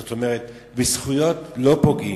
זאת אומרת: בזכויות לא פוגעים,